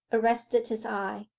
arrested his eye.